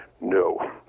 no